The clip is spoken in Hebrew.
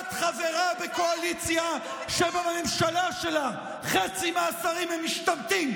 את חברה בקואליציה שבממשלה שלה חצי מהשרים הם משתמטים.